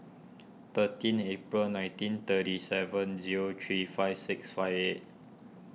thirteen April nineteen thirty seven zero three five six five eight